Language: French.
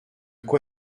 quoi